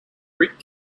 greek